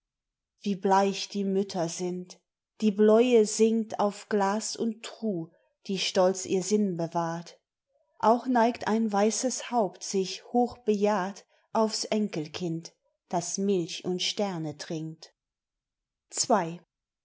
wie bleich die mütter sind die bläue sinkt auf glas und truh die stolz ihr sinn bewahrt auch neigt ein weißes haupt sich hochbejahrt aufs enkelkind das milch und sterne trinkt